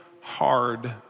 hard